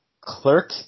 clerk